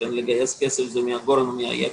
לכן, לגייס כסף זה מהגורן ומהיקב.